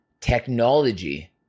technology